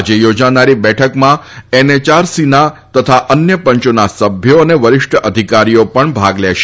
આજે થોજાનારી બેઠકમાં એનએચઆરસીના તથા અન્ય પંચોના સભ્યો અને વરિષ્ઠ અધિકારીઓ પણ ભાગ લેશે